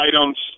items